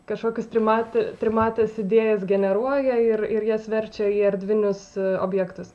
kažkokius trimatį trimates idėjas generuoja ir ir jas verčia į erdvinius objektus